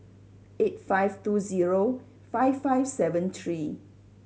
eight five two zero five five seven three